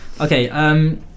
Okay